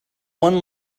one